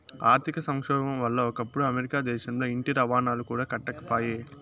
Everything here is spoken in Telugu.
ఆర్థిక సంక్షోబం వల్ల ఒకప్పుడు అమెరికా దేశంల ఇంటి రుణాలు కూడా కట్టకపాయే